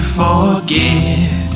forget